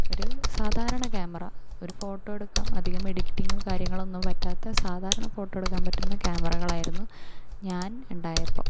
ഒരു സാധാരണ ക്യാമറ ഒരു ഫോട്ടോ എടുക്കാം അധികം എഡിറ്റിംഗും കാര്യങ്ങളൊന്നും പറ്റാത്ത സാധാരണ ഫോട്ടോ എടുക്കാൻ പറ്റുന്ന ക്യാമറകൾ ആയിരുന്നു ഞാൻ ഉണ്ടായപ്പോൾ